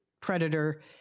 predator